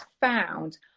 found